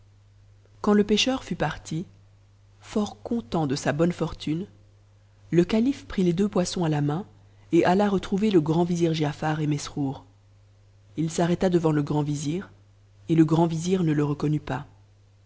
quand le pécheur fut parti fort content de sa bonne fortune le cal'if prit les deux poissons à la main et alla retrouver le grand vizir giafar et mesrour h s'arrêta devant le grand vizir et le grand vizir ne le reconnut pas